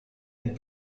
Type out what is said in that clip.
and